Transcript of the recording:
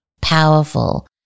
powerful